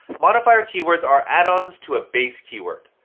modifier keywords are add-ons to a base keyword.